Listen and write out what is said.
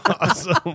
awesome